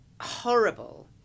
horrible